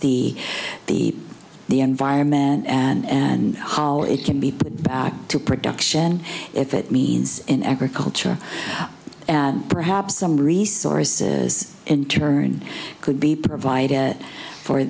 the the the environment and how it can be put to production if it means in agriculture and perhaps some resources in turn could be provided for